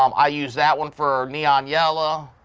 um i use that one for neon yellow,